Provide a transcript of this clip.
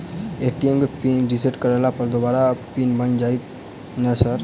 ATM केँ pin reset करला पर दोबारा पिन बन जाइत नै सर?